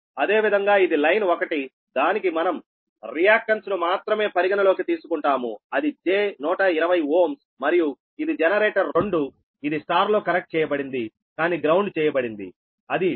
అదేవిధంగా ఇది లైన్ 1 దానికి మనం రియాక్టన్స్ ను మాత్రమే పరిగణలోకి తీసుకుంటాముఅది j120Ω మరియు ఇది జనరేటర్ 2 ఇది Y లో కనెక్ట్ చేయబడింది కానీ గ్రౌండ్ చేయబడిందిఅది 15 MVA 6